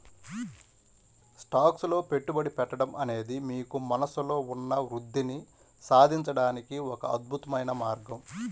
stocks లో పెట్టుబడి పెట్టడం అనేది మీకు మనస్సులో ఉన్న వృద్ధిని సాధించడానికి ఒక అద్భుతమైన మార్గం